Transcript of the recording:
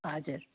हजुर